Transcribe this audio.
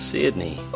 Sydney